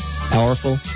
Powerful